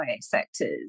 sectors